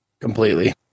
completely